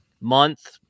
month